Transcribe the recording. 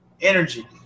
energy